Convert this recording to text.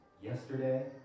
yesterday